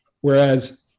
whereas